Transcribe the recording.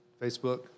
Facebook